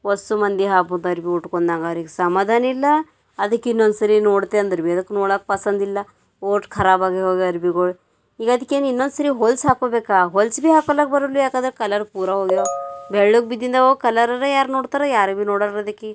ಒಸ್ ಮಂದಿ ಹಬ್ಬದ ಅರ್ವಿ ಉಟ್ಕೋನ್ನಾಗ ಅವ್ರಿಗೆ ಸಮಾಧಾನಿಲ್ಲ ಅದಕ್ಕೆ ಇನ್ನೊಂದ್ಸರಿ ನೋಡ್ತೆ ಅಂದರು ಬಿ ಅದಕ್ಕೆ ನೋಡೋಕ್ ಪಸಂದಿಲ್ಲ ಓಟ್ ಖರಾಬಾಗಿ ಹೋಗ್ಯವು ಅರ್ವಿಗುಳ್ ಈಗ ಅದಿಕ್ಕೇನು ಇನ್ನೊಂದ್ಸರಿ ಹೊಲ್ಸಿ ಹಾಕೋಬೇಕಾ ಹೊಲ್ಸಿ ಬಿ ಹಾಕೋಳಕ್ ಬರಲ್ದು ಯಾಕಂದ್ರೆ ಕಲರ್ ಪೂರ ಹೋಗ್ಯವ ಬೆಳ್ಳಗೆ ಬಿದ್ದಿಂದವು ಕಲರರ ಯಾರು ನೋಡ್ತರ ಯಾರು ಬಿ ನೋಡಲ್ರಿ ಅದಿಕ್ಕೆ